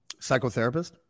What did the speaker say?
Psychotherapist